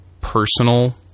personal